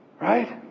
Right